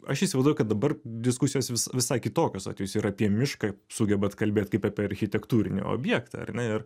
aš įsivaizduoju kad dabar diskusijos vis visai kitokios vat jūs ir apie mišką sugebat kalbėti kaip apie architektūrinį objektą ar ne ir